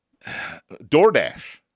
DoorDash